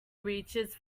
reaches